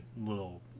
little